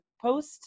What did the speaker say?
post